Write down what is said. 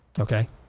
Okay